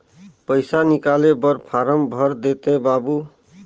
पइसा निकाले बर फारम भर देते बाबु?